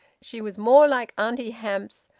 she was more like auntie hamps,